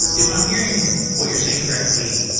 if i'm hearing what you're saying correctly,